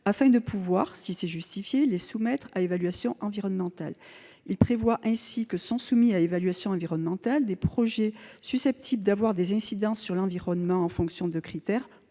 afin de pouvoir, si c'est justifié, les soumettre à évaluation environnementale. Il prévoit ainsi que sont soumis à évaluation environnementale des projets susceptibles d'avoir des incidences sur l'environnement en fonction de critères